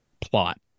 plot